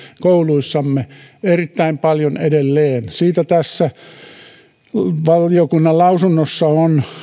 kouluissamme erittäin paljon edelleen siitä tässä valiokunnan lausunnossa